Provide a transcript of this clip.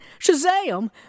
Shazam